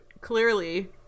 clearly